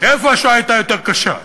איפה השואה הייתה יותר קשה.